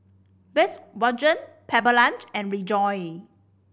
Volkswagen Pepper Lunch and Rejoice